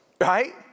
right